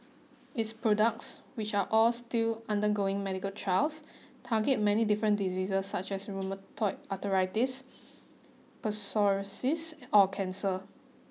its products which are all still undergoing medical trials target many different diseases such as rheumatoid arthritis psoriasis or cancer